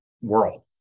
world